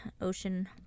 ocean